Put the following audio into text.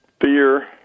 fear